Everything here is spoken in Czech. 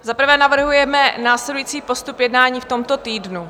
Za prvé navrhujeme následující postup jednání v tomto týdnu.